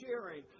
sharing